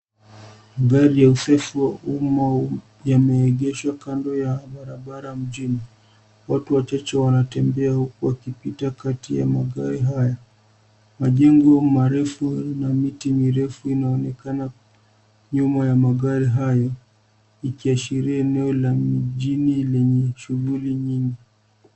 Magari ya usafiri wa umma yameegeshwa kando ya barabara mjini, watu wachache wanatembea huku wakipita kati ya magari haya. majengo marefu na miti mirefu inaonekana nyuma ya magari hayo ikiashiria eneo la mjini lenye shuguli nyingi.